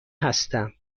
هستم